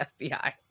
FBI